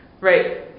right